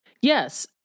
yes